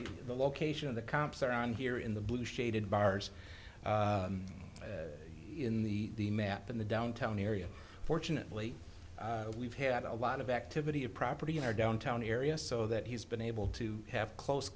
the location of the comps around here in the blue shaded bars in the map in the downtown area fortunately we've had a lot of activity of property in our downtown area so that he's been able to have close